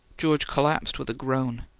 george collapsed with a groan.